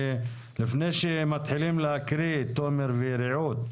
לפני שמתחילים להקריא, תומר ורעות,